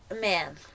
man